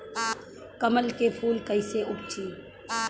कमल के फूल कईसे उपजी?